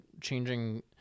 changing